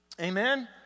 Amen